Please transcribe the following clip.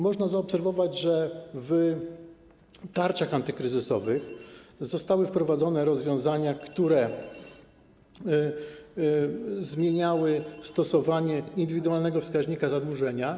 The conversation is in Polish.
Można zaobserwować, że w tarczach antykryzysowych zostały wprowadzone rozwiązania, które zmieniały stosowanie indywidualnego wskaźnika zadłużenia.